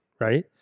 Right